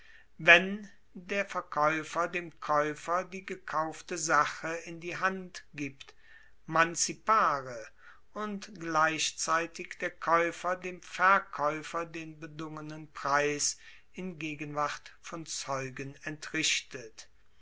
wenn der verkaeufer dem kaeufer die gekaufte sache in die hand gibt mancipare und gleichzeitig der kaeufer dem verkaeufer den bedungenen preis in gegenwart von zeugen entrichtet